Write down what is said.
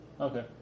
Okay